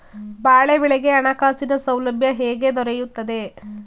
ಬಾಳೆ ಬೆಳೆಗೆ ಹಣಕಾಸಿನ ಸೌಲಭ್ಯ ಹೇಗೆ ದೊರೆಯುತ್ತದೆ?